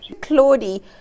Claudie